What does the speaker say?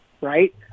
right